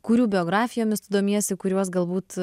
kurių biografijomis tu domiesi kuriuos galbūt